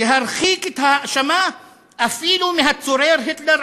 להרחיק את ההאשמה אפילו מהצורר היטלר